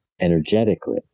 energetically